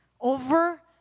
over